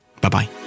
Bye-bye